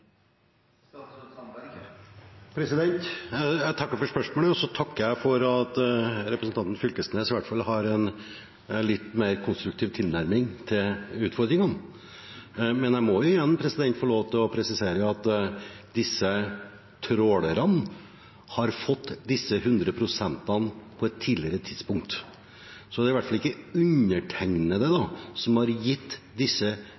Jeg takker for spørsmålet, og så takker jeg for at representanten Fylkesnes i hvert fall har en litt mer konstruktiv tilnærming til utfordringene. Men jeg må igjen få lov til å presisere at disse trålerne har fått 100 pst. på et tidligere tidspunkt, så det er i hvert fall ikke undertegnede som har gitt de «styrtrike», som representanten kaller dem, disse